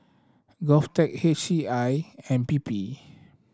GovTech H C I and P P